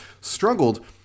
struggled